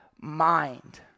mind